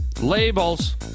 Labels